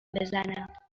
بزنم